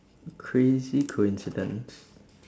crazy coincidence